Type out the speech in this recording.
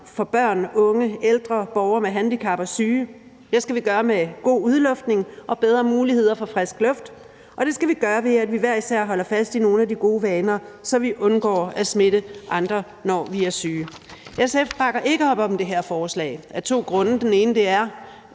for børn, unge, ældre, borgere med handicap og syge; det skal vi gøre med god udluftning og bedre muligheder for frisk luft; og det skal vi gøre, ved at vi hver især holder fast i nogle af de gode vaner, så vi undgår at smitte andre, når vi er syge. SF bakker ikke op om det her forslag af to grunde. Den ene er,